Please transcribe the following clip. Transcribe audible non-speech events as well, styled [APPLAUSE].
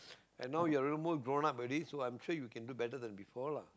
[BREATH] and now you're a little more grown up already so I'm sure you can do better than before lah